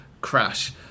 crash